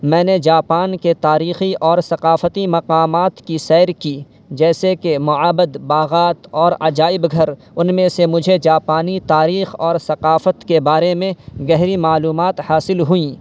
میں نے جاپان کے تاریخی اور ثقافتی مقامات کی سیر کی جیسے معبد باغات اور عجائب گھر ان میں سے مجھے جاپانی تاریخ اور ثقافت کے بارے میں گہری معلومات حاصل ہوئیں